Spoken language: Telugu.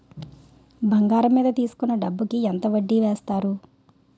బంగారం మీద తీసుకున్న డబ్బు కి ఎంత వడ్డీ వేస్తారు?